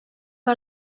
que